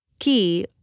Key